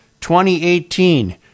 2018